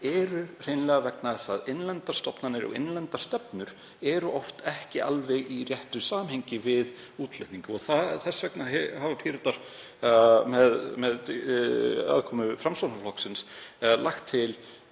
eru hreinlega vegna þess að innlendar stofnanir og innlendar stefnur eru oft ekki alveg í réttu samhengi við útflutning. Þess vegna hafa Píratar, með aðkomu Framsóknarflokksins,